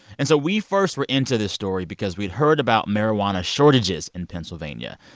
and so we first were into this story because we'd heard about marijuana shortages in pennsylvania.